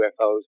UFOs